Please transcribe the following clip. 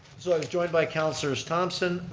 so i was joined by counselors thompson,